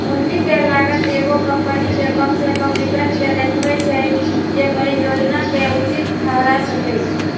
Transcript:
पूंजी के लागत एगो कंपनी के कम से कम रिटर्न के देखबै छै जे परिजोजना के उचित ठहरा सकइ